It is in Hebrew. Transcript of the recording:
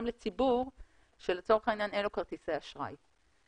לציבור שלצורך העניין אין לו כרטיסי אשראי.